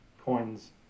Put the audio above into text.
coins